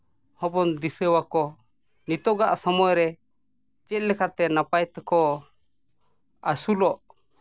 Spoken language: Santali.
ᱦᱚᱸᱵᱚᱱ ᱫᱤᱥᱟᱹ ᱟᱠᱚ ᱱᱤᱛᱚᱜᱟᱜ ᱥᱚᱢᱚᱭ ᱨᱮ ᱪᱮᱫ ᱞᱮᱠᱟᱛᱮ ᱱᱟᱯᱟᱭ ᱛᱮᱠᱚ ᱟᱹᱥᱩᱞᱚᱜ